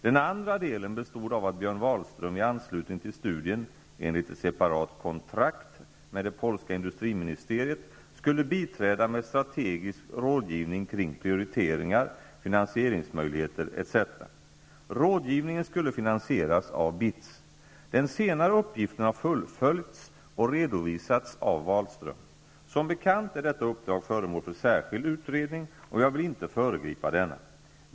Den andra delen bestod av att Björn Wahlström i anslutning till studien, enligt ett separat kontrakt med det polska industriministeriet, skulle biträda med strategisk rådgivning kring prioriteringar, finansieringsmöjligheter etc. Rådgivningen skulle finansieras av BITS. Den senare uppgiften har fullföljts och redovisats av Wahlström. Som bekant är detta uppdrag föremål för särskild utredning, och jag vill inte föregripa denna.